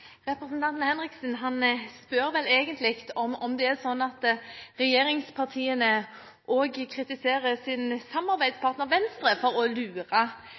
Representanten Henriksen spør vel egentlig om det er sånn at regjeringspartiene også kritiserer sin samarbeidspartner Venstre for å lure